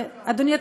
אדוני,